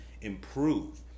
improve